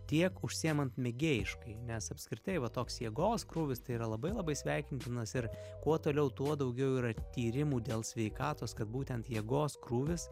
tiek užsiėman mėgėjiškai nes apskritai va toks jėgos krūvis tai yra labai labai sveikintinas ir kuo toliau tuo daugiau yra tyrimų dėl sveikatos kad būtent jėgos krūvis